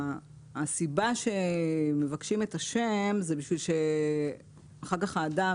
הסיבה שמבקשים את השם היא כדי שאחר כך האדם,